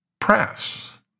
press